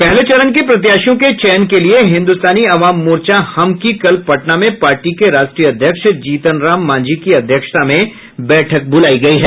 पहले चरण के प्रत्याशियों के चयन लिये हिन्दुस्तानी अवाम मोर्चा हम की कल पटना में पार्टी के राष्ट्रीय अध्यक्ष जीतन राम मांझी की अध्यक्षता में बैठक बूलायी गयी है